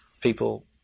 people